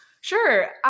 Sure